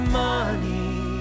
money